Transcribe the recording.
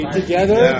together